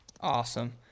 awesome